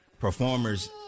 performers